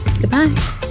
Goodbye